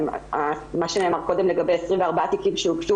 מה שנאמר קודם לגבי 24 תיקים שהוגשו